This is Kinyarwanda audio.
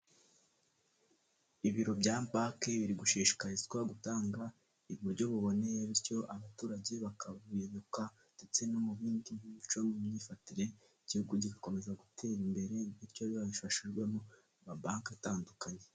Ibiro bya bank, biri gushishikarizwa gutanga, uburyo buboneye, bityo abaturage bakabiyoboka, ndetse no mu bindi mico mu myifatire, igihugu gikomeza gutera imbere, bityo babifashijwemo, amabanke atandukanye.